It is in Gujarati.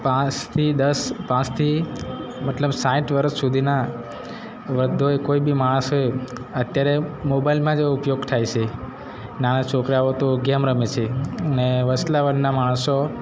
પાંચથી દસ પાંસથી મતલબ સાઠ વરસ સુધીના વૃદ્ધોએ કોઈ બી માણસ હોય અત્યારે મોબાઈલમાં જ ઉપયોગ થાય છે નાના છોકરાઓ તો ગેમ રમે છે ને વચલા વર્ગના માણસો